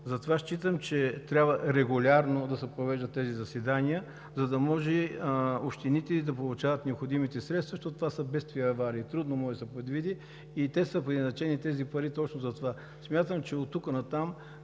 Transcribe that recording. Затова считам, че трябва регулярно да се провеждат тези заседания, за да може общините да получават необходимите средства, защото това са бедствия и аварии, трудно могат да се предвидят, и тези пари са предназначени точно за това. Смятам, че оттук нататък